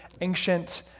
ancient